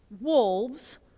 wolves